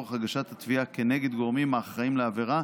לצורך הגשת התביעה כנגד גורמים האחראים לעבירה,